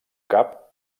cap